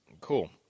cool